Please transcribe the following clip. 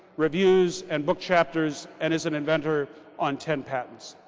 reviews, and book chapters and is an inventor on ten patents.